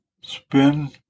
Spin